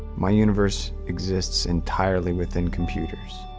my universe exists entirely within computers.